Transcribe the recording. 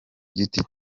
giti